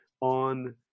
on